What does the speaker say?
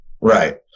Right